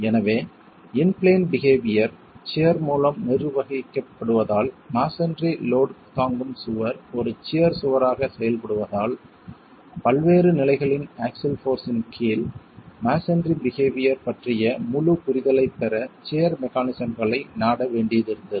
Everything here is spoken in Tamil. எனவே இன் பிளேன் பிஹேவியர் சியர் மூலம் நிர்வகிக்கப்படுவதால் மஸோன்றி லோட் தாங்கும் சுவர் ஒரு சியர் சுவராக செயல்படுவதால் பல்வேறு நிலைகளின் ஆக்ஸில் போர்ஸ் இன் கீழ் மஸோன்றி பிஹேவியர் பற்றிய முழு புரிதலைப் பெற சியர் மெக்கானிசம்களை நாட வேண்டியிருந்தது